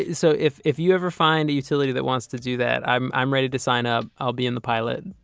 so if if you ever find that utility that wants to do that, i'm i'm ready to sign up. i'll be in the pilot.